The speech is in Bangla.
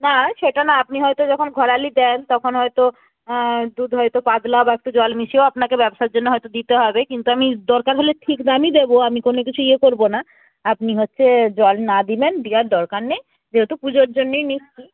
না সেটা না আপনি হয়তো যখন ঘরালি দেন তখন হয়তো দুধ হয়তো পাতলা বা একটু জল মিশিয়েও আপনাকে ব্যবসার জন্য হয়তো দিতে হবে কিন্তু আমি দরকার হলে ঠিক দামই দেবো আমি কোনো কিছু ইয়ে করবো না আপনি হচ্ছে জল না দিবেন দেয়ার দরকার নেই যেহেতু পুজোর জন্যেই নিচ্ছি